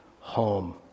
home